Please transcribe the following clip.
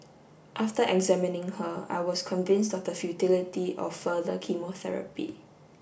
after examining her I was convinced of the futility of further chemotherapy